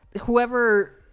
whoever